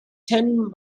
ten